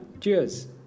cheers